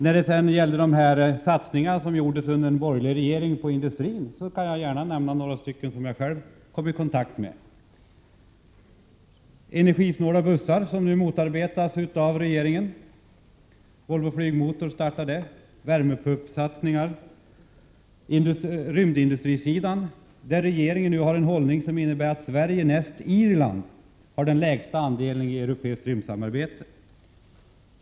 När det sedan gäller de satsningar på industrin som gjordes under de borgerliga regeringarna skall jag gärna nämna satsningar som jag själv kom i kontakt med: Rymdindustrisidan, där regeringen nu intar en hållning som innebär att Sverige näst Irland har den lägsta andelen i europeiskt rymdsamarbete.